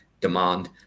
demand